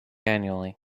annually